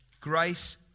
grace